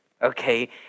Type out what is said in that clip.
okay